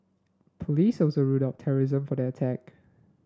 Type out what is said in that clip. police also ruled out terrorism for that attack